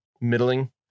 middling